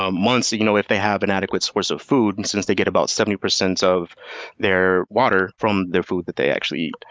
ah months you know if they have an adequate source of food, and since they get about seventy percent of their water from their food that they eat,